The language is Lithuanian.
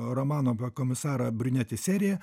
romanų apie komisarą briunetį serija